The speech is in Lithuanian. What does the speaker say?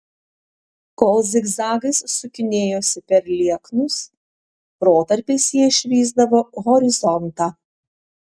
kol zigzagais sukinėjosi per lieknus protarpiais jie išvysdavo horizontą